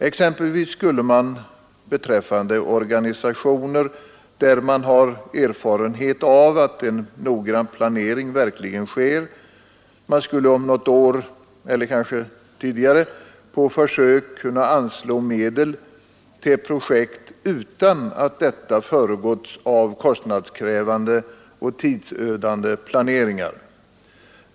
Exempelvis skulle man beträffande organisationer, där man har erfarenhet av att en noggrann planering verkligen sker, om något år eller kanske tidigare, på försök kunna anslå medel till projekt utan att detta föregåtts av kostnadskrävande och tidsödande planeringar.